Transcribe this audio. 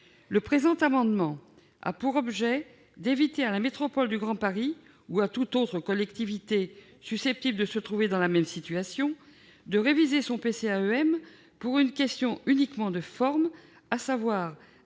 Le présent amendement a pour objet d'éviter à la métropole du Grand Paris, ou à toute autre collectivité susceptible de se trouver dans la même situation, de réviser son PCAEM pour une question de forme uniquement, à savoir